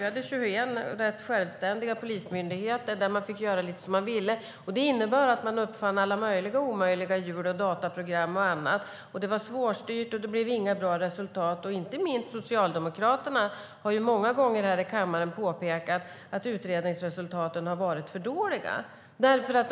Vi hade 21 rätt självständiga polismyndigheter där man fick göra lite som man ville. Det innebar att man uppfann alla möjliga och omöjliga hjul, dataprogram och annat. Det var svårstyrt, och det blev inte bra resultat. Inte minst Socialdemokraterna har många gånger här i kammaren påpekat att utredningsresultaten har varit för dåliga.